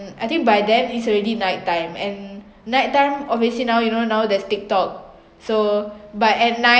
I think by then it's already night time and night time obviously now you know now there's Tiktok so by at night